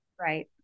right